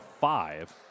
five